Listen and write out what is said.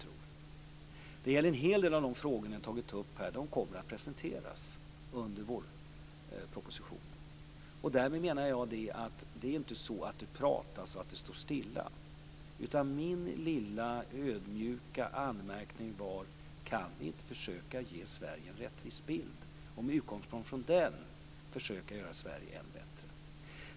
Detsamma gäller en hel del av de frågor som ni har tagit upp här. De kommer att presenteras i samband med vårpropositionen. Därmed menar jag att det inte är så att det bara pratas och att det står stilla. Min lilla, ödmjuka anmärkning var: Kan vi inte försöka ge Sverige en rättvis bild och med utgångspunkt från den försöka göra Sverige än bättre?